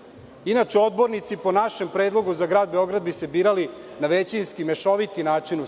gradu. Inače, odbornici, po našem predlogu, za Grad Beograd bi se birali na većinski, mešoviti način,